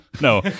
No